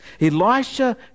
Elisha